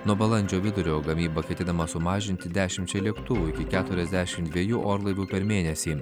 nuo balandžio vidurio gamybą ketinama sumažinti dešimčia lėktuvų iki keturiasdešim dviejų orlaivių per mėnesį